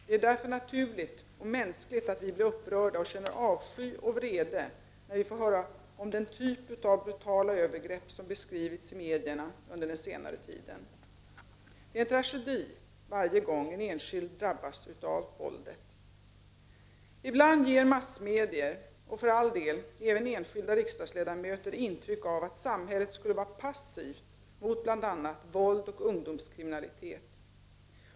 Det är därför naturligt och mänskligt att vi blir ky och vrede när vi får höra om den typ av brutala upprörda och känner av övergrepp som beskrivits i medierna den senaste tiden. Det är en tragedi varje gång en enskild drabbas av våldet. Ibland ger massmedierna, och för all del även enskilda riksdagsledamöter, intryck av att samhället skulle vara passivt mot bl.a. våld och ungdomskriminalitet.